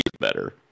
better